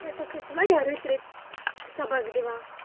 یہِ ہسا چھِ اَسہِ واریاہ رٔتۍ رٔتۍ سبق دِوان